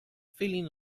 feeling